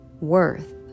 worth